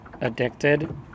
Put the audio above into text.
addicted